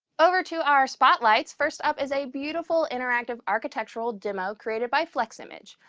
over to our spotlights. first up is a beautiful interactive architectural demo created by fleximage.